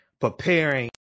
preparing